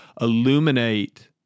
illuminate